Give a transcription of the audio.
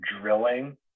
drilling